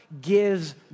gives